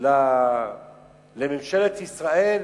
לממשלת ישראל.